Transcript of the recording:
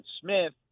Smith